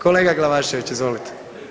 Kolega Glavašević, izvolite.